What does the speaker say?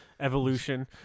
evolution